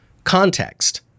context